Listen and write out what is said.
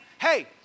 hey